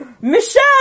Michelle